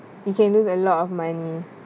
you can lose a lot of money